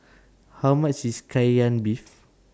How much IS Kai Lan Beef